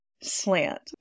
slant